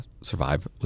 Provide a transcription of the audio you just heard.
survive